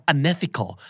Unethical